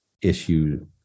Issue